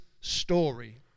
story